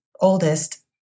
oldest